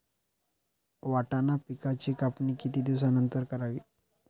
वाटाणा पिकांची कापणी किती दिवसानंतर करावी?